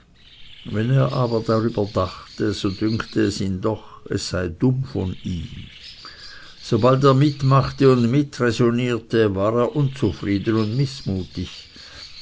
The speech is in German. wenn er aber darüber dachte so dünkte es ihn doch es sei dumm von ihm sobald er mitmachte und miträsonierte war er unzufrieden und mißmutig